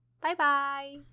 Bye-bye